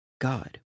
God